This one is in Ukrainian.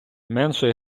менше